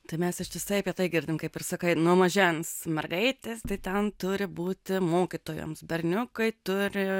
tai mes ištisai apie tai girdim kaip ir sakai nuo mažens mergaitės tai ten turi būti mokytojoms berniukai turi